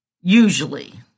usually